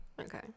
Okay